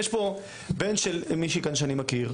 יש פה בן של מישהי שאני מכיר כאן,